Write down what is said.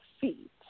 feet